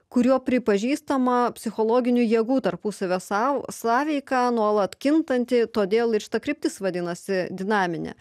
kuriuo pripažįstama psichologinių jėgų tarpusavio sau sąveika nuolat kintanti todėl ir šita kryptis vadinasi dinaminė